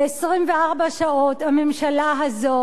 ב-24 שעות הממשלה הזאת